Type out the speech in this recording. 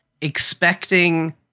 expecting